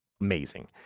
amazing